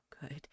good